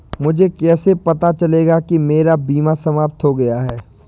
मुझे कैसे पता चलेगा कि मेरा बीमा समाप्त हो गया है?